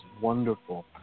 wonderful